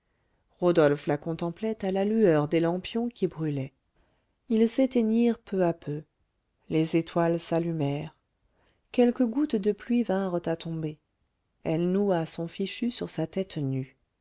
rodolphe la contemplait à la lueur des lampions qui brûlaient ils s'éteignirent peu à peu les étoiles s'allumèrent quelques gouttes de pluie vinrent à tomber elle noua son fichu sur sa tête nue